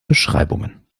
beschreibungen